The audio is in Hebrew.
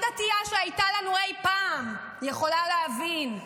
דתייה שהייתה לנו אי פעם יכולה להבין.